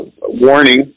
warning